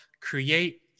create